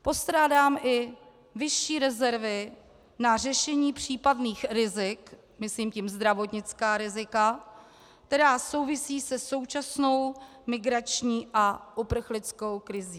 Postrádám i vyšší rezervy na řešení případných rizik, myslím tím zdravotnická rizika, která souvisejí se současnou migrační a uprchlickou krizí.